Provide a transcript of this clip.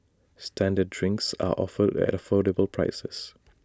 standard drinks are offered at affordable prices